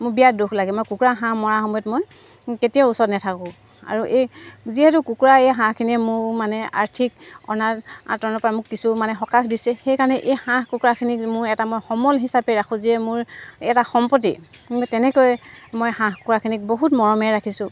মোৰ বিৰাট দুখ লাগে মই কুকুৰা হাঁহ মৰাৰ সময়ত মই কেতিয়াও ওচৰত নাথাকোঁ আৰু এই যিহেতু কুকুৰা এই হাঁহখিনিয়ে মোৰ মানে আৰ্থিক অনাটনৰ পৰা মোক কিছু মানে সকাহ দিছে সেইকাৰণে এই হাঁহ কুকুৰাখিনিক মোৰ এটা মই সমল হিচাপে ৰাখোঁ যিয়ে মোৰ এটা সম্পত্তি এই তেনেকৈ মই হাঁহ কুকুৰাখিনিক বহুত মৰমে ৰাখিছোঁ